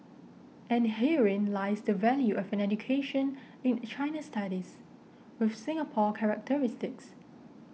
and herein lies the value of an education in China studies with Singapore characteristics